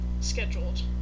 scheduled